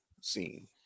scene